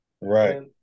Right